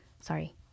sorry